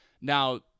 Now